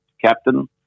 captain